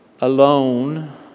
alone